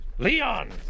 Leon